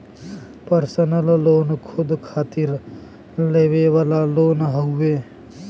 personal loan खुद खातिर लेवे वाला लोन हउवे